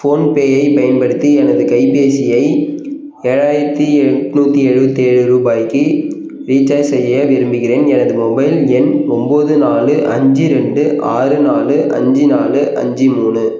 ஃபோன்பேயைப் பயன்படுத்தி எனது கைப்பேசியை ஏழாயிரத்தி எண்நூத்தி எழுபத்தி ஏழு ரூபாய்க்கு ரீசார்ஜ் செய்ய விரும்புகிறேன் எனது மொபைல் எண் ஒன்போது நாலு அஞ்சு ரெண்டு ஆறு நாலு அஞ்சு நாலு அஞ்சு மூணு